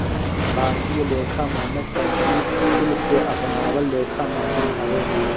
भारतीय लेखा मानक कंपनी कुल के अपनावल लेखा मानक हवे